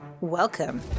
Welcome